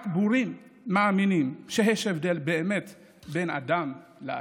רק בורים מאמינים שיש באמת הבדל בין אדם לאדם.